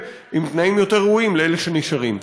לתנאים יותר ראויים לאלה שנשארים.